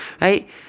right